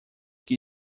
que